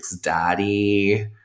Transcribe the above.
daddy